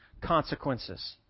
consequences